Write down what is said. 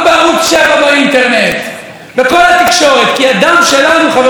הוא לא פחות סמוק מהדם של תושבי תל אביב.